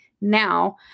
now